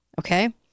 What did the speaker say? okay